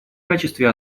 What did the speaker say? качестве